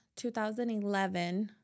2011